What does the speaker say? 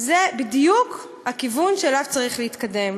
זה בדיוק הכיוון שאליו צריך להתקדם.